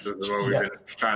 yes